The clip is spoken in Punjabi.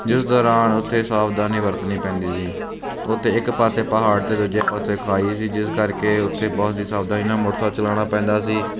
ਜਿਸ ਦੌਰਾਨ ਉੱਥੇ ਸਾਵਧਾਨੀ ਵਰਤਣੀ ਪੈਂਦੀ ਸੀ ਉੱਥੇ ਇੱਕ ਪਾਸੇ ਪਹਾੜ ਅਤੇ ਦੂਜੇ ਪਾਸੇ ਖਾਈ ਸੀ ਜਿਸ ਕਰਕੇ ਉੱਥੇ ਬਹੁਤ ਹੀ ਸਾਵਧਾਨੀ ਨਾਲ ਮੋਟਰਸਾਈਕਲ ਚਲਾਉਣਾ ਪੈਂਦਾ ਸੀ